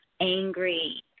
angry